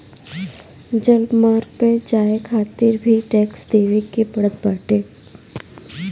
जलमार्ग पअ जाए खातिर भी टेक्स देवे के पड़त बाटे